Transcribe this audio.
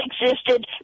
existed